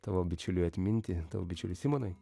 tavo bičiuliui atminti tavo bičiuliui simonui